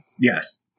Yes